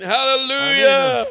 Hallelujah